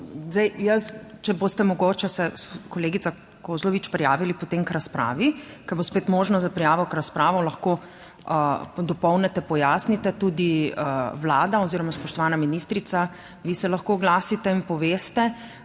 zdaj jaz, če boste mogoče se kolegica Kozlovič prijavili potem k razpravi, ko bo spet možno za prijavo, razpravo lahko dopolnite, pojasnite tudi Vlada oziroma spoštovana ministrica, vi se lahko oglasite in poveste,